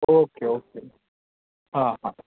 okay okay હા હા